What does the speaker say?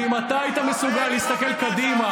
ואם אתה היית מסוגל להסתכל קדימה,